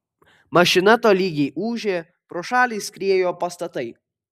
mašina tolygiai ūžė pro šalį skriejo pastatai